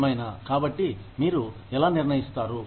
ఏమైనా కాబట్టి మీరు ఎలా నిర్ణయిస్తారు